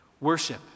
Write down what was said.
Worship